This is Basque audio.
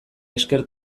esker